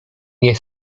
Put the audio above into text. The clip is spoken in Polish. nie